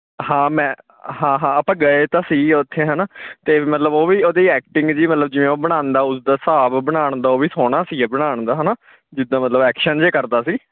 ਹਾਂ ਮੈਂ ਹਾਂ ਹਾਂ ਆਪਾਂ ਗਏ ਤਾਂ ਸੀ ਉੱਥੇ ਹੈ ਨਾ ਅਤੇ ਮਤਲਬ ਉਹ ਵੀ ਉਹਦੀ ਐਕਟਿੰਗ ਜੀ ਮਤਲਬ ਜਿਵੇਂ ਉਹ ਬਣਾਉਂਦਾ ਉਸ ਦਾ ਹਿਸਾਬ ਬਣਾਉਣ ਦਾ ਉਹ ਵੀ ਸੋਹਣਾ ਸੀ ਬਣਾਉਣ ਦਾ ਹੈ ਨਾ ਜਿੱਦਾਂ ਮਤਲਬ ਐਕਸ਼ਨ ਜਿਹੇ ਕਰਦਾ ਸੀ